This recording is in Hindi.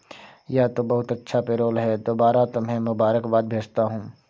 यह तो बहुत अच्छा पेरोल है दोबारा तुम्हें मुबारकबाद भेजता हूं